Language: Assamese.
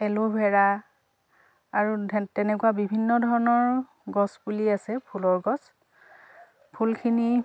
এল'ভেৰা আৰু তেনেকুৱা বিভিন্ন ধৰণৰ গছপুলি আছে ফুলৰ গছ ফুলখিনি